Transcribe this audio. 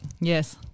Yes